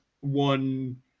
one